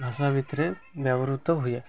ଭାଷା ଭିତରେ ବ୍ୟବହୃତ ହୁଏ